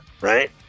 right